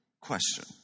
Question